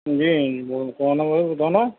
جی بول کون ہے بھاٮٔی بتانا